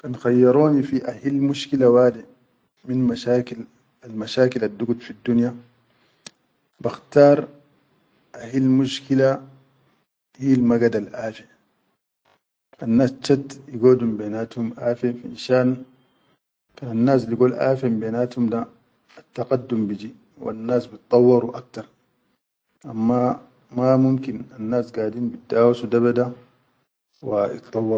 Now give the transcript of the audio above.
Kan khayyaroni fi ahil mish kila wade, min mashakil al mashakil al dugud fiddunya, bakhtar ahil mushkila hil magadal afe annas chat igodu benatum afe finshan kan nas bigod afe bennatum da attaqaddum biji wa nas bigdaurawo akhtar amma ma mukin annas gadin biddawaso da be da wa.